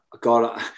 God